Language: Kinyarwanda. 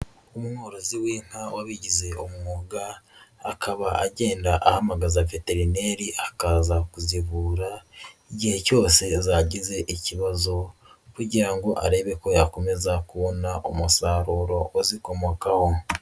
Umworozi w'inka wabigize umwuga akaba agenda ahamagaza veterineri akaza kuzigura igihe cyose zagize ikibazo kugira ngo arebe ko yakomeza kubona umusaruro uzikomokaho.